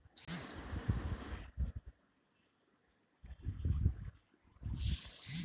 Sir ನಾವು ಒಂದು ವ್ಯವಹಾರ ಮಾಡಕ್ತಿವಿ ನಿಮ್ಮ ಬ್ಯಾಂಕನಾಗ ನಮಿಗೆ ಸಾಲ ಕೊಡ್ತಿರೇನ್ರಿ?